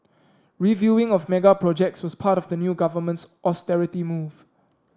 reviewing of mega projects was part of the new government's austerity move